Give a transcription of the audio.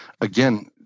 again